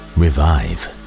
revive